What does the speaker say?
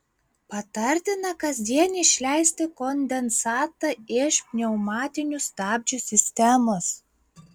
patartina kasdien išleisti kondensatą iš pneumatinių stabdžių sistemos